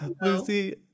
Lucy